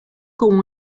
como